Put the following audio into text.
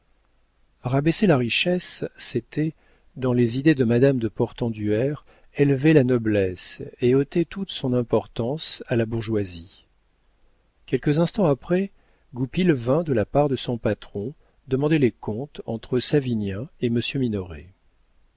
rabaisser la richesse c'était dans les idées de madame de portenduère élever la noblesse et ôter toute son importance à la bourgeoisie quelques instants après goupil vint de la part de son patron demander les comptes entre savinien et monsieur